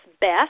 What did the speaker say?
best